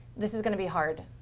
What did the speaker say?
this is going to be hard.